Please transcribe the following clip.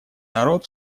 народ